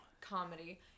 comedy